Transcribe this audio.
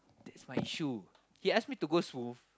that's my issue he ask me to go smooth